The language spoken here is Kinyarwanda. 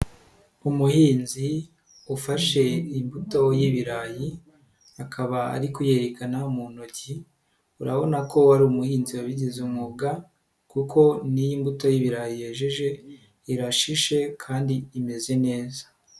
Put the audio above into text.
Umuhinzi ufashe imbuto y'ibirayi, akaba ari kuyerekana mu ntoki, urabona ko wari umuhinzi wabigize umwuga kuko n'iyi mbuto y'ibirayi yejeje, irashishe kandi imeze neza.